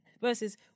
Versus